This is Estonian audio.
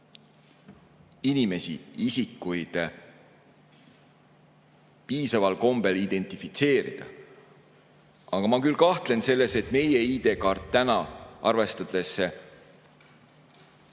suuda isikuid piisaval kombel identifitseerida. Aga ma küll kahtlen selles, et meie ID-kaart on arvestades